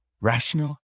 rational